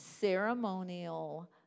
ceremonial